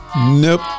Nope